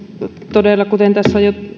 todella kuten tässä on jo